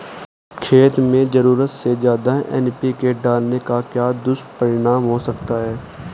खेत में ज़रूरत से ज्यादा एन.पी.के डालने का क्या दुष्परिणाम हो सकता है?